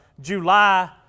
July